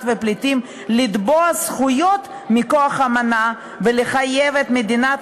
ולפליטים לתבוע זכויות מכוח האמנה ולחייב את מדינת